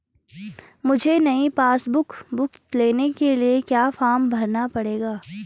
मुझे नयी passbook book लेने के लिए क्या फार्म भरना पड़ेगा?